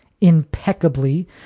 impeccably